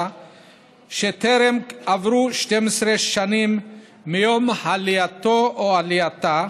שטרם עברו 12 שנים מיום עלייתו או עלייתה